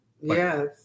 Yes